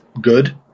good